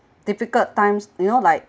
difficult times you know like